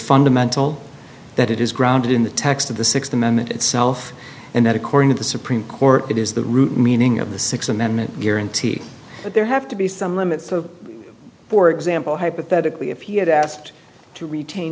fundamental that it is grounded in the text of the sixth amendment itself and that according to the supreme court it is the root meaning of the sixth amendment guarantee but there have to be some limits for example hypothetically if he had asked to retain